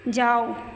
जाउ